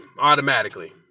automatically